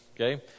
okay